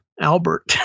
Albert